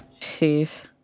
Jeez